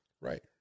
Right